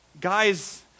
Guys